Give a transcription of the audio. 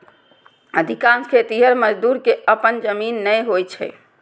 अधिकांश खेतिहर मजदूर कें अपन जमीन नै होइ छै